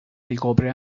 ricopre